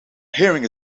hearing